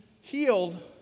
healed